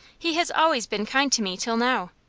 he has always been kind to me till now.